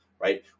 right